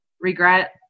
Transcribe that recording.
regret